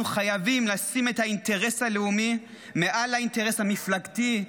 אנחנו חייבים לשים את האינטרס הלאומי מעל האינטרס המפלגתי,